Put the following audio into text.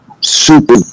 super